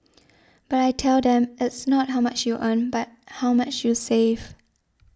but I tell them it's not how much you earn but how much you save